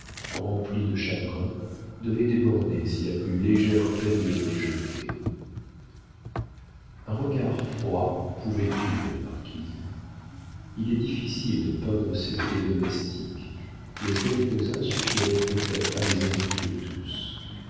remplie de chagrins devait déborder si la plus légère peine y était jetée un regard froid pouvait tuer la marquise il est difficile de peindre ces faits domestiques mais quelques-uns suffiront peut-être à les indiquer tous